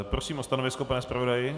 Prosím o stanovisko, pane zpravodaji?